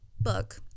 book